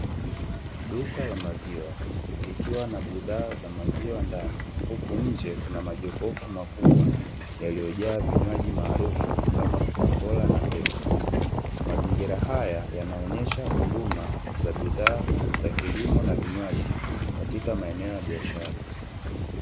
Duka la maziwa likiwa na bidhaa za maziwa ndani, huku nje kuna majokofu makubwa yaliyojaa vinywaji maarufu kama Kokakola na Pepsi. Mazingira haya yanaonesha huduma za bidhaa za kilimo na vinywaji katika maeneo ya biashara.